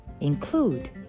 include